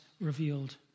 revealed